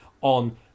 on